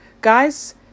guys